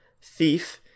thief